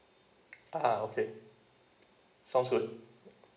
ah okay sounds good